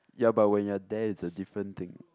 ya but when you're there it's a different thing